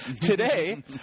today